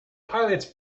pilots